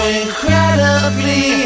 incredibly